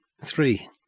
Three